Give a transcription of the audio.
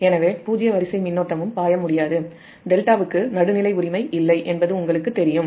எனவே பூஜ்ஜிய வரிசை மின்னோட்டமும் பாய முடியாது டெல்டாவுக்கு நியூட்ரல் உரிமை இல்லை என்பது உங்களுக்குத் தெரியும்